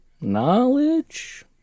knowledge